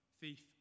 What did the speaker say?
thief